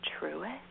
truest